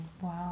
Wow